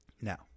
Now